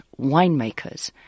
winemakers